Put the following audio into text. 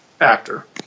actor